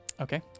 Okay